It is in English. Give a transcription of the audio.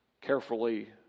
carefully